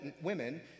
women